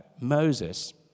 Moses